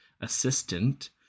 assistant